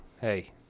hey